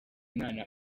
mwana